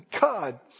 God